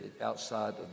outside